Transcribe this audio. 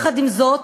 עם זאת,